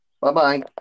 Bye-bye